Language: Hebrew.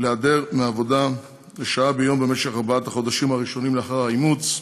להיעדר מהעבודה לשעה ביום במשך ארבעת החודשים הראשונים לאחר האימוץ,